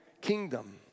kingdom